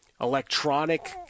electronic